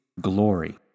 glory